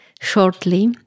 shortly